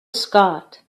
scott